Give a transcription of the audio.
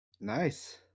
Nice